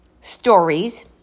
stories